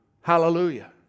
Hallelujah